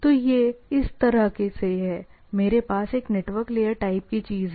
तो यह इस तरह से है मेरे पास एक नेटवर्क लेयर टाइप की चीज है